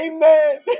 Amen